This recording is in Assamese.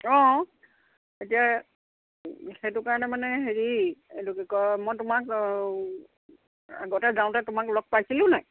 অঁ এতিয়া সেইটো কাৰণে মানে হেৰি কি কয় মই তোমাক আগতে যাওঁতে তোমাক লগ পাইছিলোঁ নাই